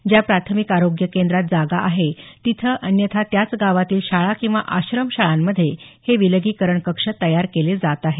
ज्या प्राथमिक आरोग्य केद्रात जागा आहे तिथं अन्यथा त्याच गावातील शाळा किंवा आश्रमशाळांमध्ये हे विलगीकरण कक्ष तयार केले जात आहेत